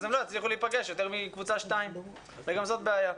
הם לא יצליחו להיפגש יותר מקבוצה או שתיים וגם זאת בעיה.